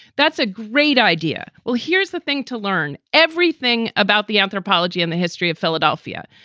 that's a great idea. well, here's the thing. to learn everything about the anthropology and the history of philadelphia.